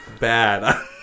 bad